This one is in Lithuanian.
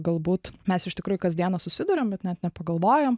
galbūt mes iš tikrųjų kasdieną susiduriam bet net nepagalvojam